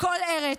לכל ארץ,